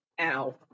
Ow